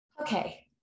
Okay